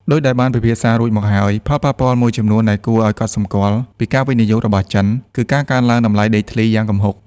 ដូចដែលបានពិភាក្សារួចមកហើយ ផលប៉ះពាល់មួយដែលគួរឲ្យកត់សម្គាល់ពីការវិនិយោគរបស់ចិន គឺការកើនឡើងតម្លៃដីធ្លីយ៉ាងគំហុក។